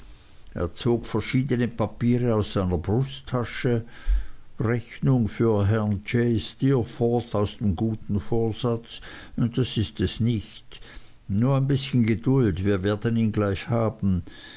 er zog verschiedene papiere aus seiner brusttasche rechnung für herrn j steerforth aus dem guten vorsatz das ist es nicht nur ein bißchen geduld wir werden ihn gleich haben